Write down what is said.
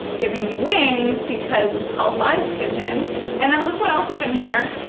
giving me wings because it's called livepigeon. and then look what else is in here.